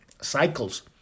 cycles